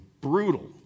brutal